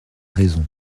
raison